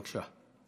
בבקשה.